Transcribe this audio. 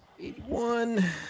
81